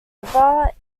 river